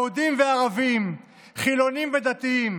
יהודים וערבים, חילונים ודתיים,